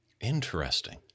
Interesting